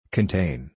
Contain